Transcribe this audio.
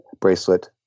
bracelet